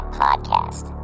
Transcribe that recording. podcast